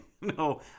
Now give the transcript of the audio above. No